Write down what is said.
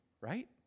right